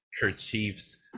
kerchiefs